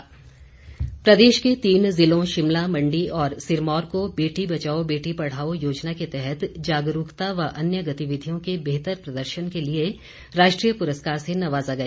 पुरस्कार प्रदेश के तीन जिलों शिमला मंडी और सिरमौर को बेटी बचाओ बेटी पढ़ाओ योजना के तहत जागरूकता व अन्य गतिविधियों के बेहतर प्रदर्शन के लिए राष्ट्रीय पुरस्कार से नवाजा गया